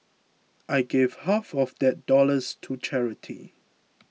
I gave half of that dollars to charity